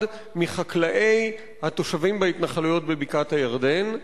מחקלאי התושבים בהתנחלויות בבקעת-הירדן,